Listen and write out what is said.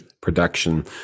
production